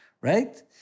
right